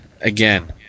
Again